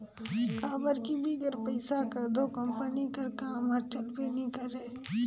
काबर कि बिगर पइसा कर दो कंपनी कर काम हर चलबे नी करे